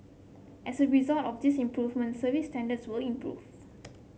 as a result of these improvement service standards will improve